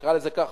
נקרא לזה כך,